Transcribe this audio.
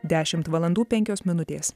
dešimt valandų penkios minutės